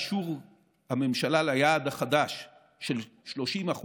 אישור הממשלה ליעד החדש של 30%,